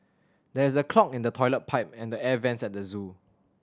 there is a clog in the toilet pipe and the air vents at the zoo